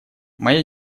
моя